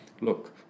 look